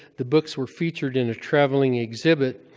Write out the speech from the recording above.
the books were featured in a traveling exhibit.